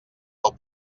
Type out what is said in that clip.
del